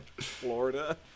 Florida